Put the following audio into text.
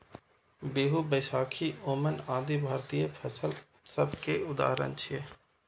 बीहू, बैशाखी, ओणम आदि भारतीय फसल उत्सव के उदाहरण छियै